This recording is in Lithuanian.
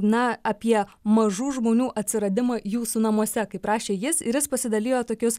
na apie mažų žmonių atsiradimą jūsų namuose kaip rašė jis ir jis pasidalijo tokius